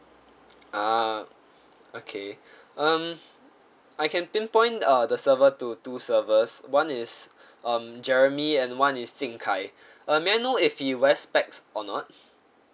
ah okay um I can pinpoint uh the server to two servers one is um jeremy and one is jing kai um may I know if he wears spects or not